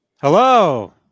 hello